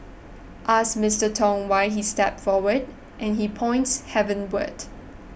ask Mister Tong why he stepped forward and he points heavenwards